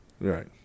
Right